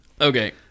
Okay